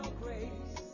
grace